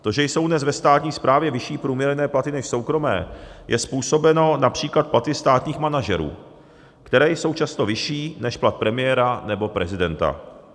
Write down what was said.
To, že jsou dnes ve státní správě vyšší průměrné platy než v soukromé, je způsobeno například platy státních manažerů, které jsou často vyšší než plat premiéra nebo prezidenta.